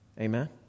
amen